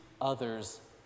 others